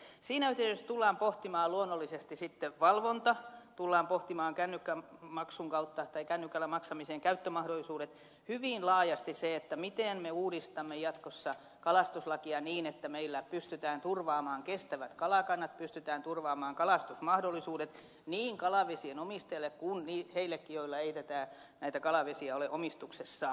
siinä yhteydessä tullaan pohtimaan luonnollisesti sitten valvonta tullaan pohtimaan kännykällä maksamisen käyttömahdollisuudet hyvin laajasti se miten me uudistamme jatkossa kalastuslakia niin että meillä pystytään turvaamaan kestävät kalakannat pystytään turvaamaan kalastusmahdollisuudet niin kalavesien omistajille kuin heillekin joilla ei kalavesiä ole omistuksessaan